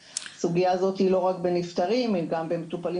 הסוגיה הזו עולה לא רק לגבי נפטרים אלא לגבי מטופלים